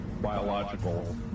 biological